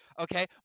Okay